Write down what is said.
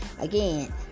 Again